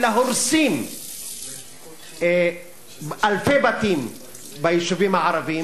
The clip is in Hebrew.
אלא הורסים אלפי בתים ביישובים הערביים.